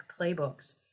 playbooks